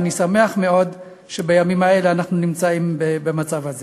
ואני שמח מאוד שבימים האלה אנחנו נמצאים במצב הזה.